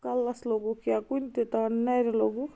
کَلس لوٚگُکھ یا کُنہِ تہِ تان نَرِ لوٚگُکھ